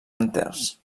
enters